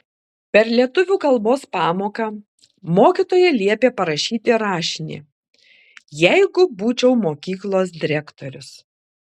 per lietuvių kalbos pamoką mokytoja liepė parašyti rašinį jeigu būčiau mokyklos direktorius